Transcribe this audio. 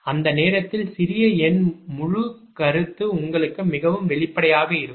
அந்த நேரத்தில் சிறிய எண் முழு கருத்து உங்களுக்கு மிகவும் வெளிப்படையாக இருக்கும்